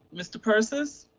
mr. persis.